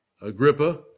Agrippa